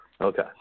Okay